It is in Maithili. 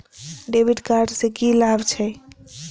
डेविट कार्ड से की लाभ छै?